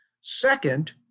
Second